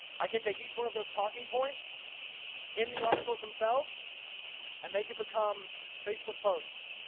i can take each one of those talking points in the articles themselves and they give become facebook posts,